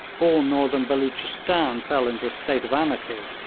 all northern beloochistan fell into a state of anarchy.